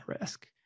risk